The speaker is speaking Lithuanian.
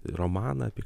romaną apie